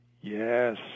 Yes